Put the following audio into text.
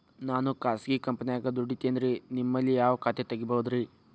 ನಾನು ಖಾಸಗಿ ಕಂಪನ್ಯಾಗ ದುಡಿತೇನ್ರಿ, ನಿಮ್ಮಲ್ಲಿ ಯಾವ ಖಾತೆ ತೆಗಿಬಹುದ್ರಿ?